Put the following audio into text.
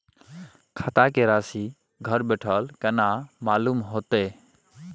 खाता के राशि घर बेठल केना मालूम होते?